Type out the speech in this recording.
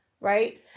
right